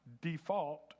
default